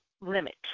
limit